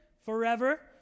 Forever